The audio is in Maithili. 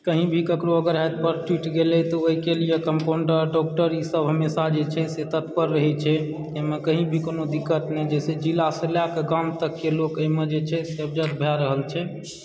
कही भी केकरो अगर हाथ पएर टुटि गेलय तऽ ओहिके लिए कम्पाउण्डर डॉक्टर ईसभ हमेशा जे छै से तत्पर रहैत छै एहिमे कही भी कोनो दिक्कत नहि जाहिसे जिलासँ लएकऽ गाम तककेँ जे लोक जे छै से एहिमे एडजस्ट भए रहल छै